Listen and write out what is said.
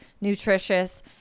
nutritious